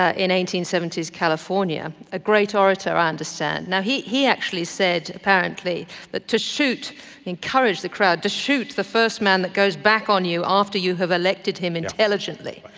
ah in eighteen seventy s california, a great orator i understand, now he he actually said apparently that to shoot encouraged the crowd, to shoot the first man that goes back on you after you have elected him intelligently.